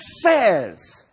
says